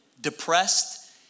depressed